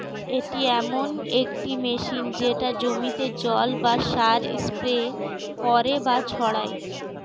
এটি এমন একটি মেশিন যেটা জমিতে জল বা সার স্প্রে করে বা ছড়ায়